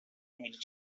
میلک